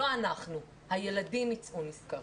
לא אנחנו, הילדים יצאו נשכרים.